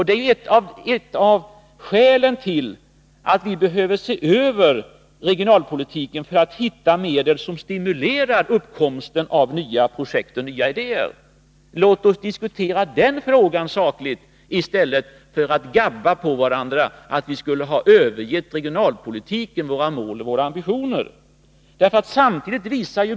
Det är ett av skälen till att vi behöver se över regionalpolitiken, för att hitta medel som stimulerar uppkomsten av nya projekt och nya idéer. Låt oss diskutera den frågan sakligt, i stället för att gnabbas och anklaga varandra för att ha övergett våra mål och ambitioner i regionalpolitiken.